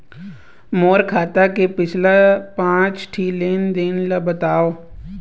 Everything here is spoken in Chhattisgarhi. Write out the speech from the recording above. मोर खाता के पिछला पांच ठी लेन देन ला बताव?